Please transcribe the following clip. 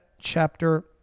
chapter